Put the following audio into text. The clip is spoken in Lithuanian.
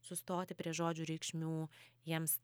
sustoti prie žodžių reikšmių jiems